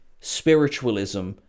spiritualism